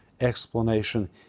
explanation